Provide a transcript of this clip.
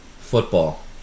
football